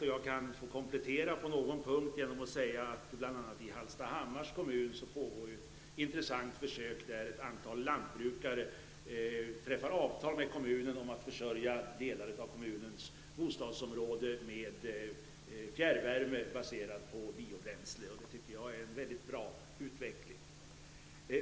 Jag kanske kan få komplettera den på någon punkt genom att säga att det i bl.a. Hallstahammars kommun pågår ett intressant försök, där ett antal lantbrukare träffat avtal med kommunen om att försörja delar av kommunens bostadsområde med fjärrvärme baserad på biobränsle. Det tycker jag är en mycket bra utveckling.